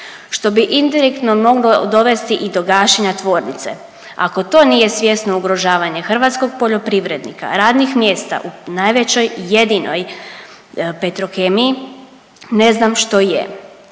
što bi indirektno moglo dovesti i do gašenja tvornice. Ako to nije svjesno ugrožavanje hrvatskog poljoprivrednika, radnih mjesta u najvećoj i jedinoj Petrokemiji ne znam što je.